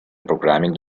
programming